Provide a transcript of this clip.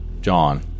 John